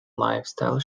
lifestyle